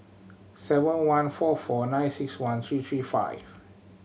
seven one four four nine six one three three five